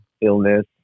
illness